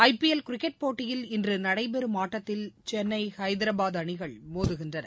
ஐ PL cricket போட்டியில் இன்றுநடைபெறும் ஆட்டத்தில் சென்னை ஹைதராபாத் அணிகள் மோதுகின்றன